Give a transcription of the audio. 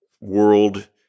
world